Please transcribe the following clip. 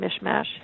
mishmash